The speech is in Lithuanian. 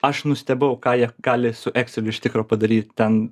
aš nustebau ką jie gali su ekseliu iš tikro padaryt ten